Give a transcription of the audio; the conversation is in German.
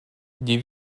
die